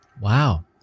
Wow